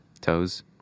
Toes